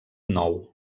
nou